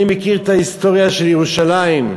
אני מכיר את ההיסטוריה של ירושלים.